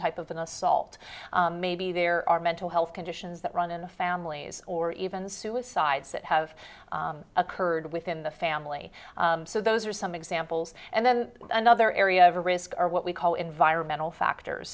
type of an assault maybe there are mental health conditions that run in families or even suicides that have occurred within the family so those are some examples and then another area of risk are what we call environmental factors